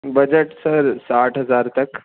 budget سر ساٹھ ہزار تک